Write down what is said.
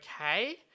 Okay